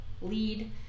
Lead